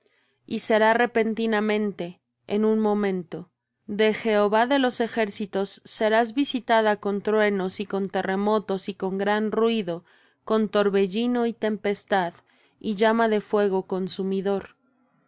y será repentinamente en un momento de jehová de los ejércitos serás visitada con truenos y con terremotos y con gran ruido con torbellino y tempestad y llama de fuego consumidor